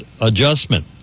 adjustment